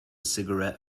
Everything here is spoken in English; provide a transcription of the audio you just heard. cigarette